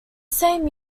same